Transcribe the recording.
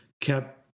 kept